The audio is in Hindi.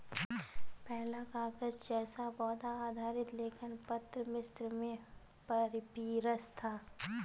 पहला कागज़ जैसा पौधा आधारित लेखन पत्र मिस्र में पपीरस था